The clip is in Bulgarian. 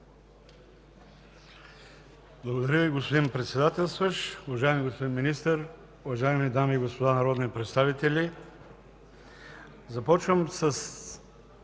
Благодаря Ви, господин Председателстващ. Уважаеми господин Министър, уважаеми дами и господа народни представители! Започвам с